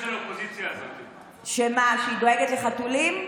שמה, שהיא דואגת לחתולים?